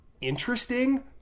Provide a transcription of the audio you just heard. interesting